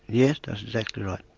yes, that's exactly right.